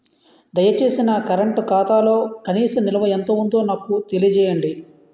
దయచేసి నా కరెంట్ ఖాతాలో కనీస నిల్వ ఎంత ఉందో నాకు తెలియజేయండి